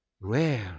rare